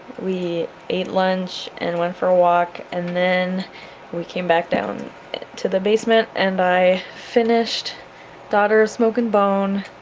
we ate lunch and went for a walk and then we came back down to the basement and i finished daughter of smoke and bone,